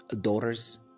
Daughters